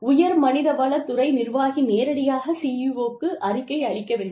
உயர் மனிதவள துறை நிர்வாகி நேரடியாக CEOவுக்கு அறிக்கை அளிக்க வேண்டும்